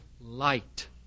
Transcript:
light